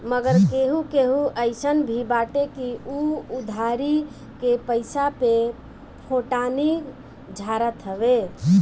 मगर केहू केहू अइसन भी बाटे की उ उधारी के पईसा पे फोटानी झारत हवे